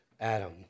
Adam